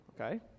okay